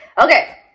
Okay